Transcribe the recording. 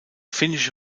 finnische